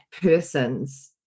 person's